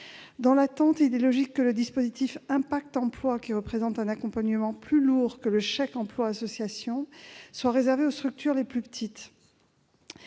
Dans l'attente, il est logique que l'offre Impact emploi, qui représente un accompagnement plus lourd que le chèque emploi associatif, soit réservée aux structures les plus petites.